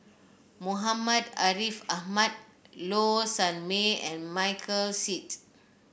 Muhammad Ariff Ahmad Low Sanmay and Michael Seet